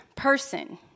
person